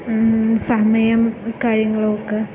സമയം കാര്യങ്ങളും ഒക്കെ